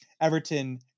Everton